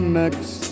next